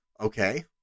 Okay